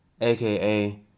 aka